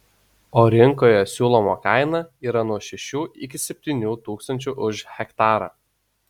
o rinkoje siūloma kaina yra nuo šešių iki septynių tūkstančių už hektarą